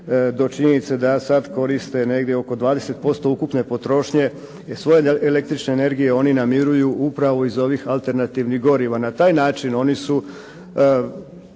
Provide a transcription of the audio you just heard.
do činjenice da sada koriste negdje oko 20% ukupne potrošnje svoje električne energije oni namiruju upravo iz ovih alternativnih goriva, na taj način oni su